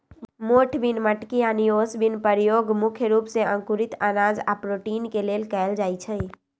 मोठ बिन मटकी आनि ओस बिन के परयोग मुख्य रूप से अंकुरित अनाज आ प्रोटीन के लेल कएल जाई छई